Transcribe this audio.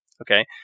okay